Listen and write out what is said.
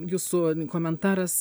jūsų komentaras